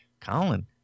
Colin